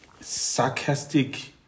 sarcastic